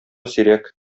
сирәк